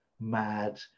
mad